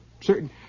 certain